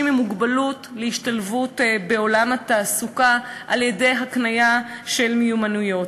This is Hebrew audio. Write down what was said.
עם מוגבלות להשתלבות בעולם התעסוקה על-ידי הקניה של מיומנויות.